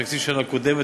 תקציב של שנה קודמת,